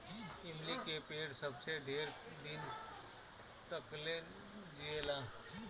इमली के पेड़ सबसे ढेर दिन तकले जिएला